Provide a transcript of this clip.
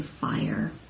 fire